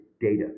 data